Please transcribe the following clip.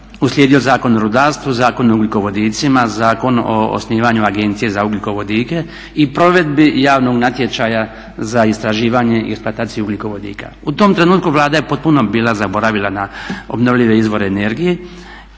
uslijedio Zakon o rudarstvu, Zakon o ugljikovodicima, Zakon o osnivanju Agencije za ugljikovodike i provedbi javnog natječaja za istraživanje i eksploataciju ugljikovodika. U tom trenutku Vlada je potpuno bila zaboravila na obnovljive izvore energije